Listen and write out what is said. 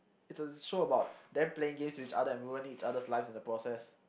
it's a show about them playing games with each other and ruin each other lives in the process